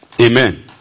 Amen